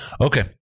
Okay